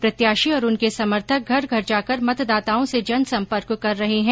प्रत्याशी और उनके समर्थक घर घर जाकर मतदाताओं से जनसंपर्क कर रहे हैं